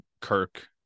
Kirk